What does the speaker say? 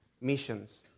missions